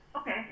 Okay